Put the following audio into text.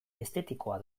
estetikoa